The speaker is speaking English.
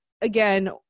again